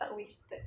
tak wasted